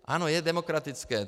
Ano, je demokratické.